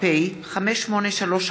קארין אלהרר,